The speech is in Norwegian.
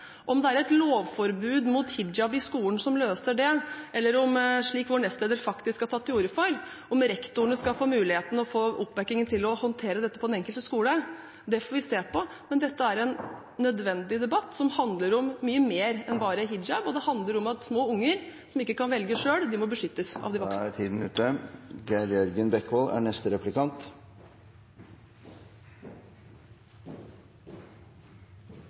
Om det er et lovforbud mot hijab i skolen som løser det, eller om rektorene skal få muligheten og oppbakkingen til å håndtere dette på den enkelte skole, slik vår nestleder faktisk har tatt til orde for, det får vi se på, men dette er en nødvendig debatt som handler om mye mer enn bare hijab. Det handler om at små unger som ikke kan velge selv, må beskyttes av de voksne. Jeg for min del er